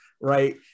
right